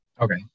Okay